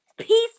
Peace